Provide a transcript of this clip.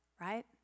right